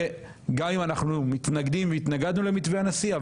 וגם אם אנחנו מתנגדים והתנגדנו למתווה הנשיא,